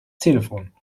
telefon